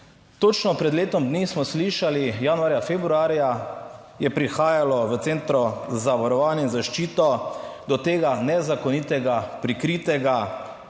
Točno pred letom dni smo slišali, januarja, februarja, je prihajalo v Centru za varovanje in zaščito do tega nezakonitega prikritega